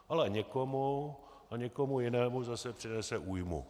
Ale někomu, někomu jinému zase přinese újmu.